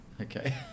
Okay